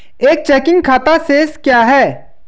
एक चेकिंग खाता शेष क्या है?